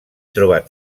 trobat